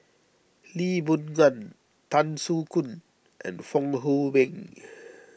Lee Boon Ngan Tan Soo Khoon and Fong Hoe Beng